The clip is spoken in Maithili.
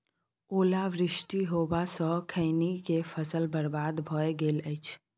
ओला वृष्टी होबा स खैनी के फसल बर्बाद भ गेल अछि?